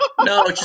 No